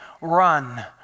run